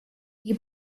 you